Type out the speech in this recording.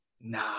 nah